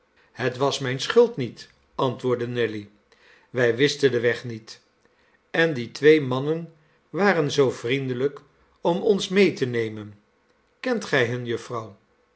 het was mijne schuld niet antwoordde nelly wij wisten den weg niet en die twee mannen waren zoo vriendelijk om ons mede te nemen kent gij hen jufvrouw